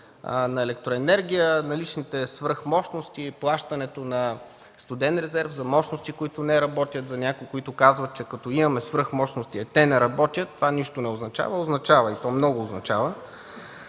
на електроенергия, наличните свръхмощности и плащането на студен резерв за мощности, които не работят. За някои, които казват, че като имаме свръхмощности, те не работят, това нищо не означава. Означава, и то много означава.